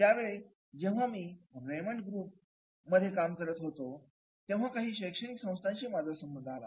त्या वेळी जेव्हा मी रेमंडस ग्रुप मध्ये काम करत होतो तेव्हा काही शैक्षणिक संस्थांशी माझा संबंध आला